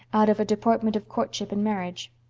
out of a deportment of courtship and marriage.